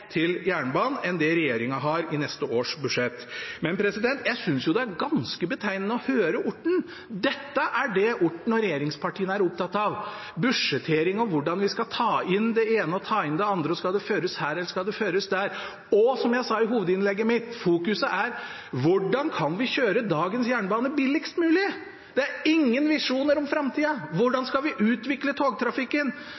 til jernbanen enn det regjeringen har i neste års budsjett. Men jeg synes jo det er ganske betegnende å høre på Orten. Dette er det Orten og regjeringspartiene er opptatt av: budsjettering, hvordan vi skal ta inn det ene og ta inn det andre, og om det skal føres her eller der. Og, som jeg sa i hovedinnlegget mitt, fokuset er på hvordan vi kan kjøre dagens jernbane billigst mulig. Det er ingen visjoner for framtida